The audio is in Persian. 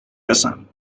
رسم